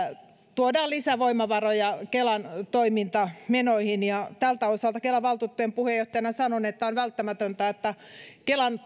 tuodaan lisävoimavaroja kelan toimintamenoihin ja tältä osalta kelan valtuutettujen puheenjohtajana sanon että on välttämätöntä että kelan